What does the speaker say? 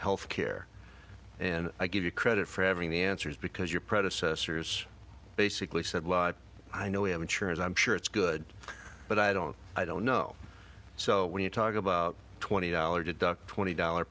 health care and i give you credit for having the answers because your predecessors basically said i know we have insurance i'm sure it's good but i don't i don't know so when you talk about twenty dollars deduct when a dollar